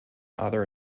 other